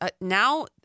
now